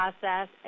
process